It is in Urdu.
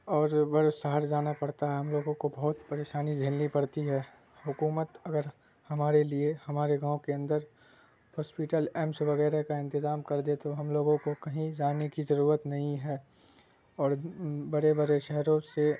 اور بڑ شہر جانا پڑتا ہے ہم لوگوں کو بہت پریشانی جھیلنی پڑتی ہے حکومت اگر ہمارے لیے ہمارے گاؤں کے اندر ہاسپیٹل ایمس وغیرہ کا انتظام کر دے تو ہم لوگوں کو کہیں جانے کی ضرورت نہیں ہے اور بڑے بڑے شہروں سے